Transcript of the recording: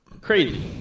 Crazy